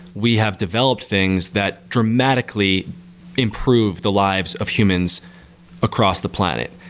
we have developed things that dramatically improve the lives of humans across the planet.